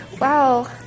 wow